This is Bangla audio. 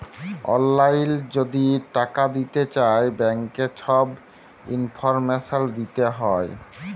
অললাইল যদি টাকা দিতে চায় ব্যাংকের ছব ইলফরমেশল দিতে হ্যয়